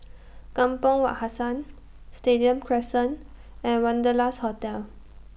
Kampong Wak Hassan Stadium Crescent and Wanderlust Hotel